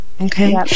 Okay